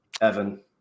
Evan